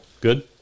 Good